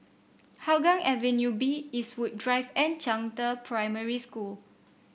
Hougang Avenue B Eastwood Drive and Zhangde Primary School